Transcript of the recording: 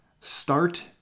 Start